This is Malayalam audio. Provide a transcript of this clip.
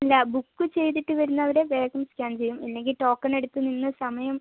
ഇല്ല ബുക്ക് ചെയ്തിട്ട് വരുന്നവരെ വേഗം സ്കാൻ ചെയ്യും ഇല്ലെങ്കിൽ ടോക്കൺ എടുത്തു നിന്ന് സമയം